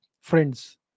friends